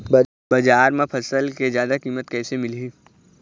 बजार म फसल के जादा कीमत कैसे मिलही?